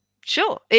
sure